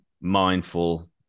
mindful